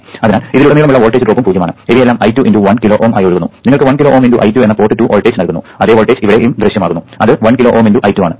അതിനാൽ ഇതിലുടനീളമുള്ള വോൾട്ടേജ് ഡ്രോപ്പും പൂജ്യമാണ് ഇവയെല്ലാം I2 x 1 കിലോ Ω ആയി ഒഴുകുന്നു നിങ്ങൾക്ക് 1 കിലോ Ω × I2 എന്ന പോർട്ട് 2 വോൾട്ടേജ് നൽകുന്നു അതേ വോൾട്ടേജ് ഇവിടെയും ദൃശ്യമാകുന്നു അത് 1 കിലോ Ω × I2 ആണ്